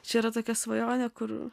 čia yra tokia svajonė kur